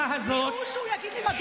אני כן אומר דבר אחד: אם יגידו משהו שעל